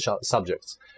subjects